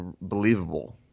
believable